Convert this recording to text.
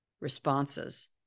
responses